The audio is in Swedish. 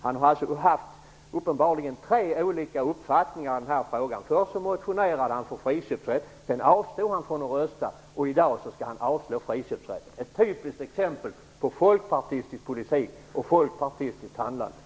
Han har uppenbarligen haft tre olika uppfattningar i frågan. Först motionerade han för friköpsrätt. Sedan avstod han från att rösta. I dag avslår han förslaget om friköpsrätt. Detta är ett typiskt exempel på folkpartistisk politik och folkpartistiskt handlande.